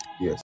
yes